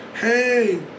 hey